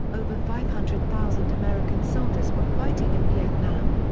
over five hundred thousand american soldiers were fighting in vietnam.